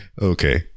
Okay